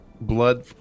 blood